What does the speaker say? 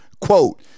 quote